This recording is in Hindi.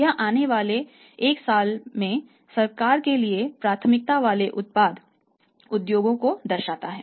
यह आने वाले एक साल में सरकार के लिए प्राथमिकता वाले उत्पाद उद्योगों को दर्शाता है